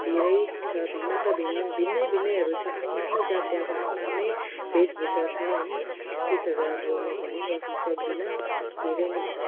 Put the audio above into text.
धेरै छ भिन्न त भि भिन्नै भिन्रैहरू छ आफ्नो आफ्नो जातीयको आफ्नो आफ्नै वेशभूषा छ होइन त्यसोहरू अब म भनिबस्नु सक्दिनँ धेरै नै छ